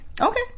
Okay